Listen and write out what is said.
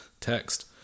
text